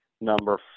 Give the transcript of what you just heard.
number